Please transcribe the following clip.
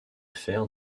faire